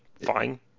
fine